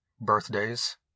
birthdays